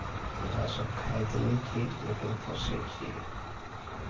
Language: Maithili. हमरा सभ खाइ तऽ नहि छी लेकिन पोसै छी